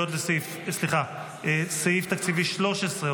סעיף תקציבי 13,